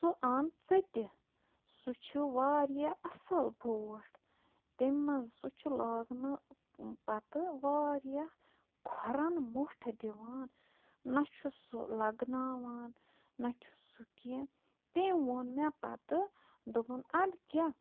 سُہ اَن ژٕ تہِ سُہ چھُ واریاہ اَصل بوٹھ تمہِ منٛز سُہ چھُ لاگنہٕ پَتہٕ واریاہ کھۄرَن مۄٹھ دِوان نہ چھُ سُہ لَگناوان نہ چھُ سُہ کینٛہہ تٔمۍ ووٚن مےٚ پَتہٕ دوٚپُن اَدٕ کیٛاہ